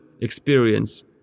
experience